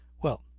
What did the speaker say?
well,